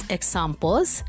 Examples